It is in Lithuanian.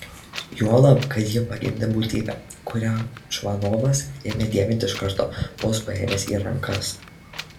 juolab kad ji pagimdė būtybę kurią čvanovas ėmė dievinti iš karto vos paėmęs į rankas